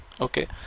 okay